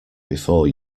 before